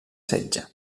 setge